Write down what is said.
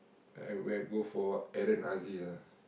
I would have go for Aaron Aziz